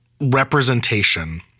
representation